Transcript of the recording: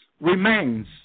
remains